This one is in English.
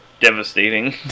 devastating